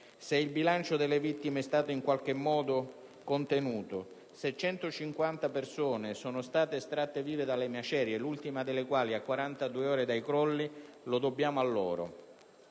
Se il bilancio delle vittime è stato in qualche modo contenuto, se 150 persone sono state estratte vive dalle macerie, l'ultima delle quali a 42 ore dai crolli, lo dobbiamo a loro.